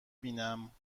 بینم